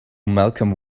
malcolm